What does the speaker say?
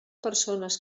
persones